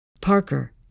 Parker